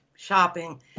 shopping